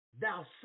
Thou